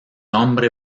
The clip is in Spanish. hombre